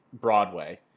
Broadway